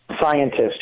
scientist